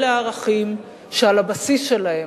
אלה הערכים שעל הבסיס שלהם,